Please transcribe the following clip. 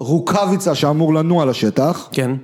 רוקביצה שאמור לנוע לשטח. כן.